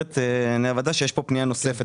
עיני הוועדה שיש כאן פנייה נוספת,